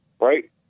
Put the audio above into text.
right